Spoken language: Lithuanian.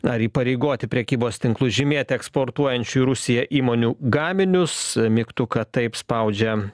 ar įpareigoti prekybos tinklus žymėti eksportuojančių į rusiją įmonių gaminius mygtuką taip spaudžia